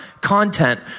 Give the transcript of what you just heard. content